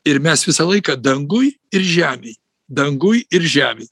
ir mes visą laiką danguj ir žemėj danguj ir žemė